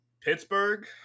Pittsburgh